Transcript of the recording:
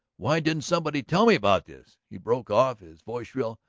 why didn't somebody tell me about this? he broke off, his voice shrill.